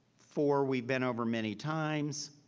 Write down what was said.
four we've been over many times,